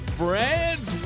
friends